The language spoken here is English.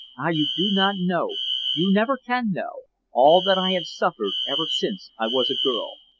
ah! you do not know you never can know all that i have suffered ever since i was a girl.